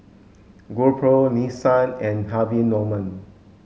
GoPro Nissin and Harvey Norman